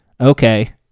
okay